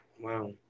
Wow